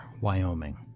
Wyoming